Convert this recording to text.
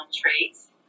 traits